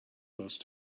close